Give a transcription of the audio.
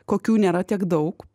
kokių nėra tiek daug